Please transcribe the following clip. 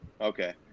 okay